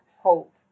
hope